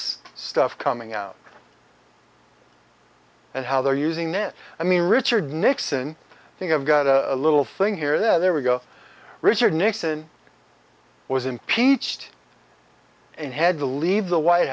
stuff coming out and how they're using it i mean richard nixon thing i've got a little thing here there we go richard nixon was impeached and had to leave the white